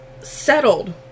Settled